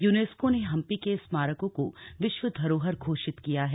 UNESCO ने हंपी के स्मारकों को विश्व धरोहर घोषित किया है